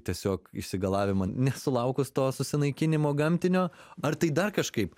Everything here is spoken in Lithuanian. tiesiog išsigalavimą nesulaukus to susinaikinimo gamtinio ar tai dar kažkaip